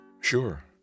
Sure